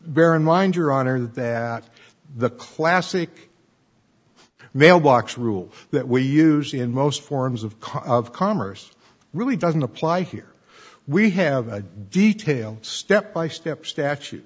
in mind your honor that the classic mailbox rules that we use in most forms of copy of commerce really doesn't apply here we have a detail step by step statu